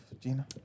Gina